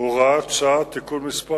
(הוראת שעה) (תיקון מס'